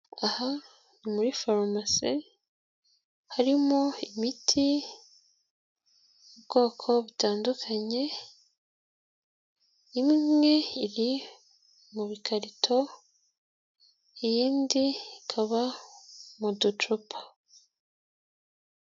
Aha ni muri farumasi harimo imiti bwoko butandukanye. Imwe iri mu bikarito, iyindi ikaba mu ducupa.